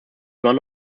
one